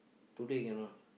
today cannot